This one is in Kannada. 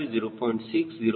6 0